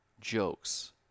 jokes